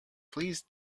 please